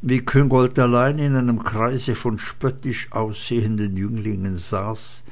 wie küngolt allein in einem kreise von spöttisch aussehenden jünglingen saß